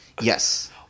Yes